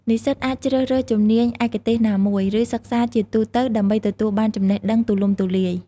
និស្សិតអាចជ្រើសរើសជំនាញឯកទេសណាមួយ ឬសិក្សាជាទូទៅដើម្បីទទួលបានចំណេះដឹងទូលំទូលាយ។